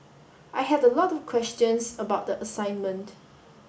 I had a lot of questions about the assignment